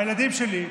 הילדים שלי,